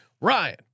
Ryan